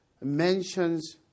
mentions